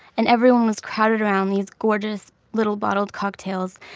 and everyone was crowded around these gorgeous little bottled cocktails.